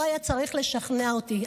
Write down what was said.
לא היה צריך לשכנע אותי,